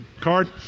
card